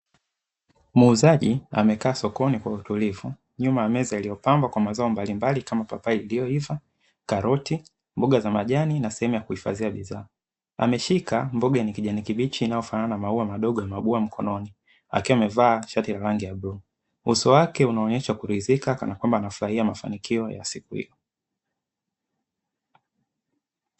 Muuzaji amekaa sokoni kwa utulivu, nyuma ya meza iliyopambwa kwa mazao mbalimbali, kama papai iliyoiva, karoti, mboga za majani na sehemu ya kuhifadhia bidhaa. Ameshika mboga yenye kijani kibichi inayofanana na maua madogo ya mabua mkononi, akiwa amevaa shati la rangi ya bluu. Uso wake unaonyesha kuridhika, kana kwamba anafurahia mafanikio ya siku hiyo.